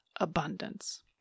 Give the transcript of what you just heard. abundance